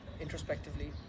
introspectively